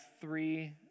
three